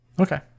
Okay